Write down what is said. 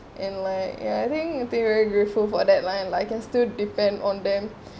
and like ya I think very grateful for that line like can still depend on them